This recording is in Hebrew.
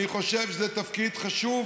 אני חושב שזה תפקיד חשוב,